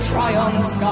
triumph